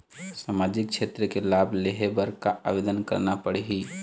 सामाजिक क्षेत्र के लाभ लेहे बर का आवेदन करना पड़ही?